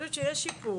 חושבת שיש שיפור.